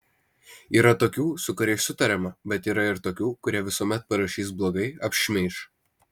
yra tokių su kuriais sutariame bet yra ir tokių kurie visuomet parašys blogai apšmeiš